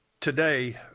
today